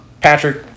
Patrick